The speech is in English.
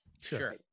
Sure